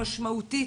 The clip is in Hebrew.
משמעותית,